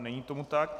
Není tomu tak.